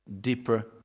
deeper